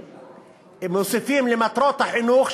ומוסיפים למטרות החינוך,